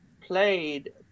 played